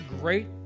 great